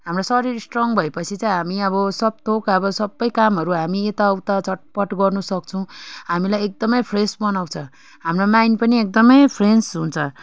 हाम्रो शरीर स्ट्रोङ भए पछि चाहिँ हामी अब सब थोक अब सबै कामहरू हामी यताउता झट्पट् गर्नु सक्छौँ हामीलाई एकदम फ्रेस बनाउँछ हाम्रो माइन्ड पनि एकदमै फ्रेस हुन्छ